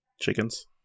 chickens